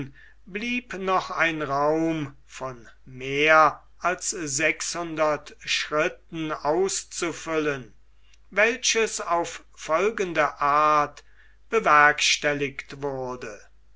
blieb noch ein raum von mehr als sechshundert schritten auszufüllen welches auf folgende art bewerkstelligt wurde